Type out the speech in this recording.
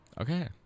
Okay